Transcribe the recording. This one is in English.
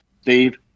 Steve